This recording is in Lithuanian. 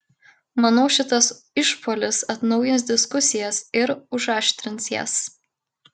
manau šitas išpuolis atnaujins diskusijas ir užaštrins jas